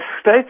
states